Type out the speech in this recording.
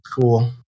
cool